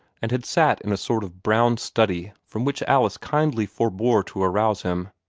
and had sat in a sort of brown-study from which alice kindly forbore to arouse him.